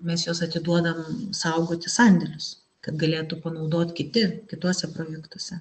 mes juos atiduodam saugot į sandėlius kad galėtų panaudot kiti kituose projektuose